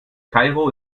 kairo